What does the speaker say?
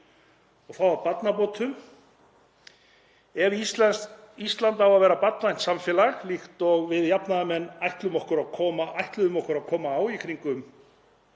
Þá að barnabótum. Ef Ísland á að vera barnvænt samfélag, líkt og við jafnaðarmenn ætlum okkur að koma á í kringum